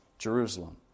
Jerusalem